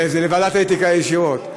זה לוועדת האתיקה ישירות.